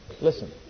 Listen